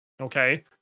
Okay